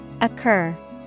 Occur